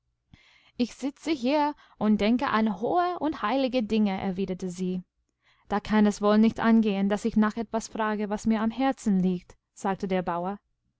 ich sitze hier und denke an hohe und heilige dinge erwiderte sie da kann es wohl nicht angehen daß ich nach etwas frage was mir am herzen liegt sagtederbauer dir